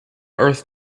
earth